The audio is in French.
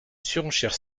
surenchère